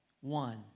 One